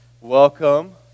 Welcome